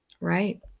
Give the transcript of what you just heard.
Right